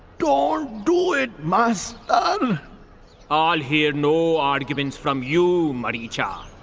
don't do it, master! um i'll hear no arguments from you, mareecha.